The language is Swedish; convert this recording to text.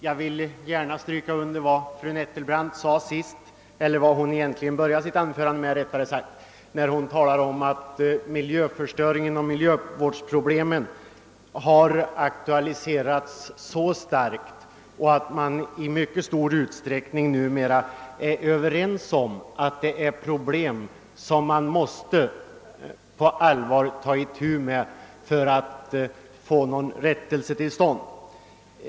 Jag vill gärna understryka vad fru Nettelbrandt sade i början av sitt anförande, då hon talade om att miljöförstöringen och miljövårdsproblemen har aktualiserats så starkt och att man i mycket stor utsträckning numera är överens om att det är problem som man på allvar måste ta itu med för att få till stånd någon rättelse.